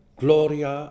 gloria